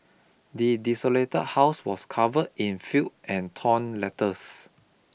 the desolated house was covered in filth and torn letters